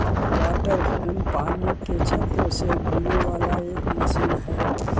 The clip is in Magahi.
वाटर फ्रेम पानी के चक्र से घूमे वाला एक मशीन हई